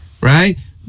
right